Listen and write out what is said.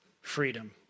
freedom